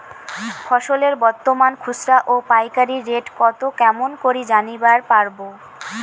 ফসলের বর্তমান খুচরা ও পাইকারি রেট কতো কেমন করি জানিবার পারবো?